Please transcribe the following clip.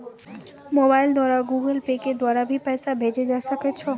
Mobile द्वारा Google Pay के द्वारा भी पैसा भेजै सकै छौ?